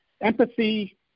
empathy